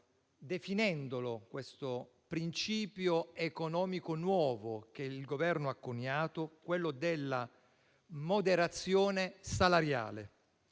definendo un principio economico nuovo che il Governo ha coniato - la moderazione salariale,